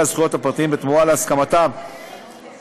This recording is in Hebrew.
הזכויות הפרטיים בתמורה להסכמתם להמשך,